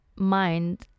mind